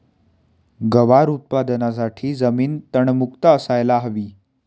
गवार उत्पादनासाठी जमीन तणमुक्त असायला हवी